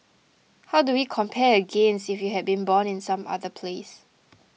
how do we compare against if you had been born in some other place